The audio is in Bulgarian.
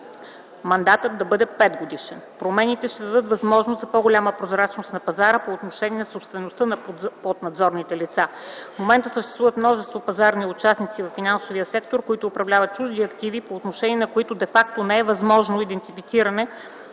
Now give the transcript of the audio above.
Мандатът да бъде 5 годишен. Промените ще дадат възможност за по-голяма прозрачност на пазара по отношение на собствеността на поднадзорните лица. В момента съществуват множество пазарни участници във финансовия сектор, който управлява чужди активи по отношение на които де факто не е възможно идентифициране